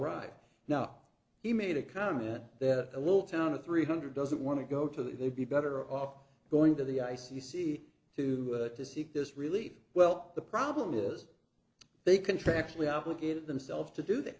right now he made a comment that a little town of three hundred doesn't want to go to that it would be better off going to the i c c to to seek this relief well the problem is they contractually obligated themselves to do that